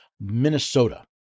Minnesota